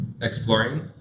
exploring